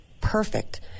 perfect